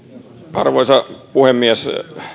arvoisa puhemies